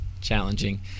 challenging